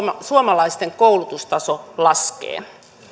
suomalaisten koulutustaso laskee